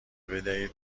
بدهید